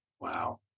wow